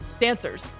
dancers